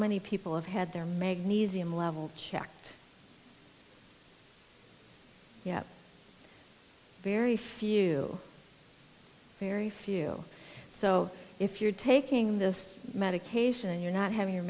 iny people have had their magnesium level checked yet very few very few so if you're taking this medication you're not having your